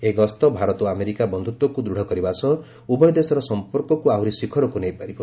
ଏହି ଗସ୍ତ ଭାରତ ଓ ଆମେରିକା ବନ୍ଧୁତ୍ୱକୁ ଦୃଢ଼ କରିବା ସହ ଉଭୟ ଦେଶର ସଂପର୍କକୁ ଆହୁରି ଶିଖରକୁ ନେଇପାରିବ